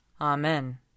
Amen